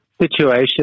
situation